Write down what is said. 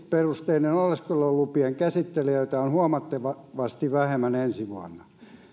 työperusteisten oleskelulupien käsittelijöitä on huomattavasti vähemmän ensi vuonna